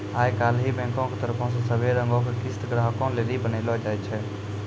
आई काल्हि बैंको के तरफो से सभै रंगो के किस्त ग्राहको लेली बनैलो जाय छै